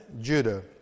Judah